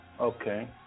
okay